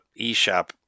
eShop